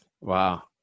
Wow